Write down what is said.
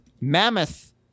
mammoth